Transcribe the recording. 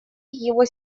его